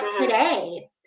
today